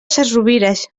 sesrovires